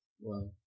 Wow